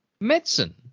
Medicine